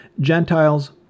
Gentiles